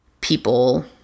people